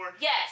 Yes